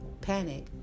Panic